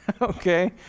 Okay